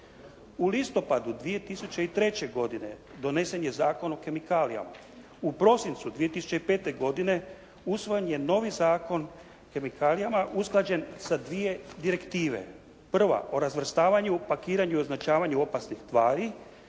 U listopadu 2003. godine donesen je Zakon o kemikalijama. U prosincu 2005. godine usvojen je novi Zakon o kemikalijama usklađen sa dvije direktive. Prva o razvrstavanju, pakiranju i označavanju opasnih tvari